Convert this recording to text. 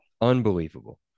Unbelievable